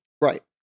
right